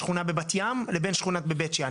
בין השכונה בבת ים לבין השכונה בבית שאן.